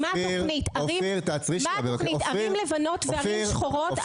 מה התוכנית, ערים לבנות וערים שחורות?